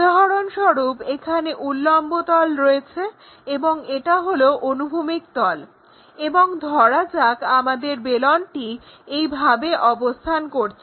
উদাহরণস্বরূপ এখানে উল্লম্ব তল রয়েছে এবং এটা হলো অনুভূমিক তল এবং ধরা যাক আমাদের বেলনটি এইভাবে অবস্থান করছে